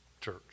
church